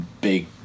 big